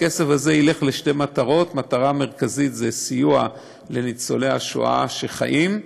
והכסף הזה ילך לשתי מטרות: המטרה המרכזית היא סיוע לניצולי השואה שחיים,